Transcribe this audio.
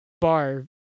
bar